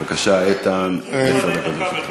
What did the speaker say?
בבקשה, איתן, עשר דקות לרשותך.